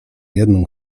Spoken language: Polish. jedną